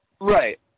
Right